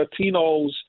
Latinos